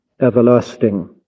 everlasting